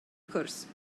cwrs